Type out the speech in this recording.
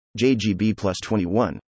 JGB-plus-21